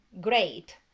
great